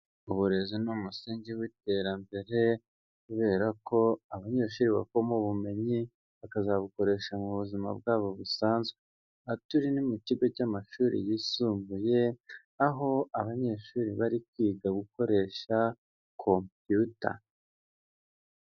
Uburezi ni umusingi w'iterambere, kubera ko abanyeshuri bavoma ubumenyi, bakazabukoresha mu buzima bwabo busanzwe. Aha turi ni mu kigo cy'amashuri yisumbuye, aho abanyeshuri bari kwiga gukoresha computer.